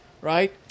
Right